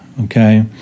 okay